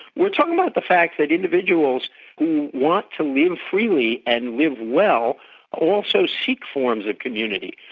we're talking about the fact that individuals who want to live freely and live well also seek forms of community.